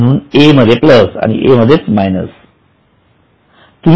म्हणून A मध्ये plus आणि A मधेच मायनस देखील